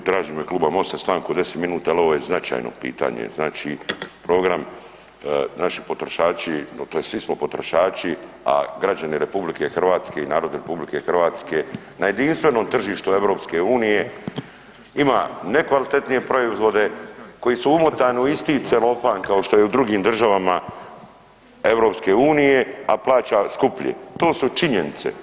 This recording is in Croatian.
Tražim od kluba Mosta stanku od 10 minuta jel ovo je značajno pitanje, znači program naši potrošači tj. svi smo potrošači, a građani RH i narod RH na jedinstvenom tržištu EU ima nekvalitetne proizvode koji su umotani isti celofan kao što je i u drugim državama EU, a plaća skuplje, to su činjenice.